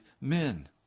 men